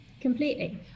Completely